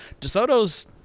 DeSoto's